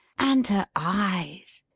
and her eyes!